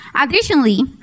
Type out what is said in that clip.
Additionally